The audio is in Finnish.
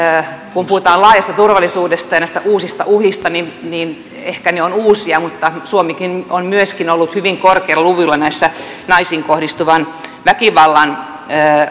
kun puhutaan laajasta turvallisuudesta ja uusista uhista niin niin ehkä ne ovat uusia mutta suomi on myöskin ollut korkeilla luvuilla naisiin kohdistuvan väkivallan